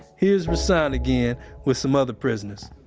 here's rahsaan again with some other prisoners